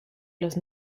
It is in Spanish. los